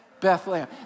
Bethlehem